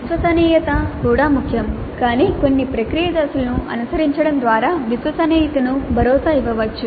విశ్వసనీయత కూడా ముఖ్యం కానీ కొన్ని ప్రక్రియ దశలను అనుసరించడం ద్వారా విశ్వసనీయతకు భరోసా ఇవ్వవచ్చు